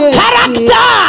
character